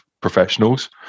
professionals